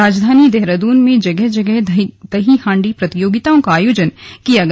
राजधानी देहरादून में जगह जगह दही हांडी प्रतियोगिताओं का आयोजन किया गया